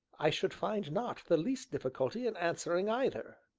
i should find not the least difficulty in answering either,